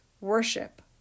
worship